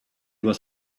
was